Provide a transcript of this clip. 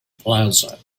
plaza